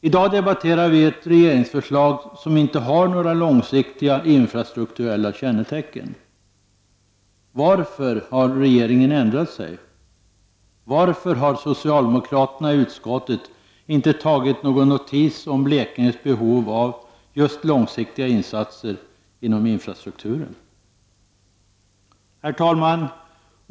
I dag debatterar vi ett regeringsförslag som inte har några långsiktiga infrastrukturella kännetecken. Varför har regeringen ändrat sig? Varför har socialdemokraterna i utskottet inte tagit någon notis om Blekinges behov av långsiktiga insatser inom infrastrukturen? Herr talman!